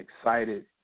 excited